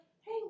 hey